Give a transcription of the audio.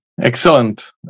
Excellent